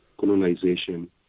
colonization